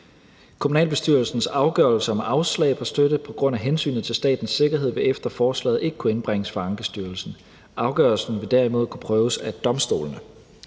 Kommunalbestyrelsens afgørelse om afslag på støtte på grund af hensynet til statens sikkerhed vil efter forslaget ikke kunne indbringes for Ankestyrelsen. Afgørelsen vil derimod kunne prøves af domstolene.